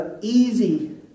easy